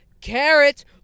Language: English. carrots